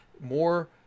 more